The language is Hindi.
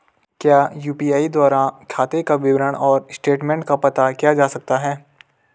क्या यु.पी.आई द्वारा खाते का विवरण और स्टेटमेंट का पता किया जा सकता है?